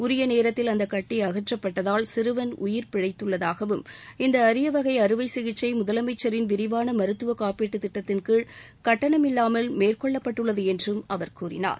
உரிய நேரத்தில் அந்தக் கட்டி அகற்றப்பட்டதால் சிறுவன் உயிர் பிழைத்துள்ளதாகவும் இந்த அரிய வகை அறுவை சிகிச்சை முதலமைச்சரின் விரிவான மருத்துவ காப்பீடு திட்டத்தின் கீழ் கட்டணமில்லாமல் மேற்கொள்ளப்பட்டுள்ளது என்றும் அவர் கூறினார்